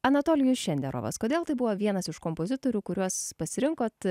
anatolijus šenderovas kodėl tai buvo vienas iš kompozitorių kuriuos pasirinkot